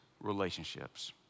relationships